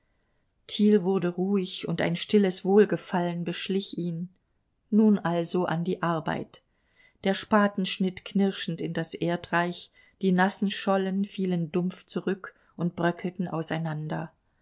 wurde ruhig und ein stilles wohlgefallen beschlich ihn nun also an die arbeit der spaten schnitt knirschend in das erdreich die nassen schollen fielen dumpf zurück und bröckelten auseinander